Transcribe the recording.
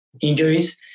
injuries